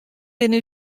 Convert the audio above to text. binne